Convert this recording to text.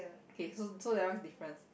okay so so that one is difference